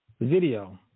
video